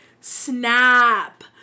snap